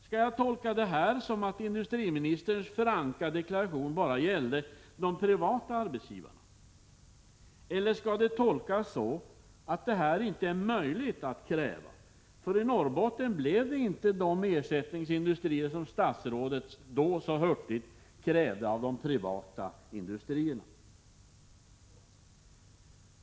Skall jag tolka detta så, att industriministerns franka deklaration bara gällde de privata arbetsgivarna? Eller skall det tolkas så, att detta inte är möjligt att kräva? I Norrbotten blev ju inte de ersättningsindustrier av som statrådet så hurtigt krävde av de privata industrierna.